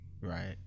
Right